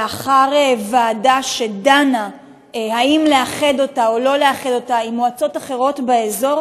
לאחר ועדה שדנה אם לאחד אותו או לא לאחד אותו עם מועצות אחרות באזור